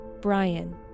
Brian